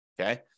Okay